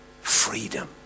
freedom